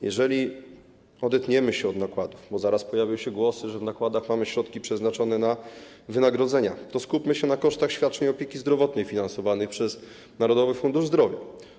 Jeżeli odetniemy się od nakładów, bo zaraz pojawią się głosy, że w nakładach mamy środki przeznaczone na wynagrodzenia, to skupmy się na kosztach świadczeń opieki zdrowotnej finansowanych przez Narodowy Fundusz Zdrowia.